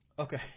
Okay